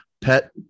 pet